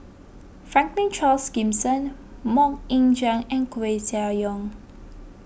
Franklin Charles Gimson Mok Ying Jang and Koeh Sia Yong